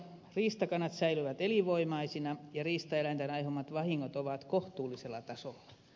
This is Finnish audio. riistakannat säilyvät elinvoimaisina ja riistaeläinten aiheuttamat vahingot ovat kohtuullisella tasolla